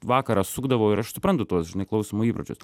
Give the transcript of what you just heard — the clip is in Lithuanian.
vakarą sukdavau ir aš suprantu tuos žinai klausymo įpročius